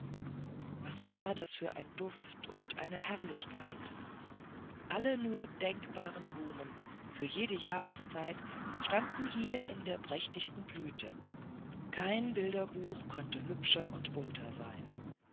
was war da für ein duft und eine herrlichkeit alle nur denkbaren blumen für jede jahreszeit standen hier in der prächtigsten blüte kein bilderbuch konnte hübscher und bunter sein